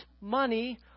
money